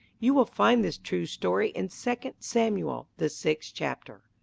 you will find this true story in second samuel, the sixth chapter.